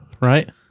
right